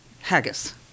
haggis